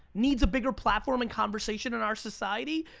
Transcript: needs a bigger platform in conversation in our society,